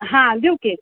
हां देऊ की